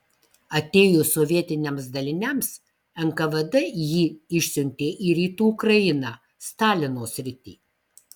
atėjus sovietiniams daliniams nkvd jį išsiuntė į rytų ukrainą stalino sritį